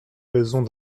raisons